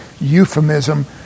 euphemism